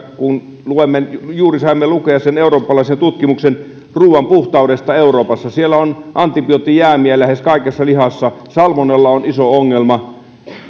kun juuri saimme lukea sen eurooppalaisen tutkimuksen ruuan puhtaudesta euroopassa että siellä on antibioottijäämiä lähes kaikessa lihassa salmonella on iso ongelma